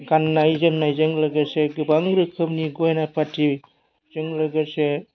गाननाय जोमनायजों लोगोसे गोबां रोखोमनि गहेना फाथिजों लोगोसे